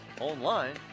Online